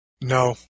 No